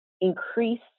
increase